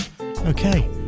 okay